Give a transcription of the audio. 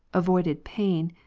avoided pain,